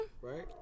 right